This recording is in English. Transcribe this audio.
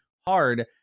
hard